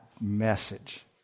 message